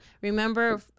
Remember